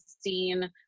seen